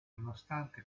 nonostante